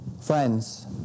friends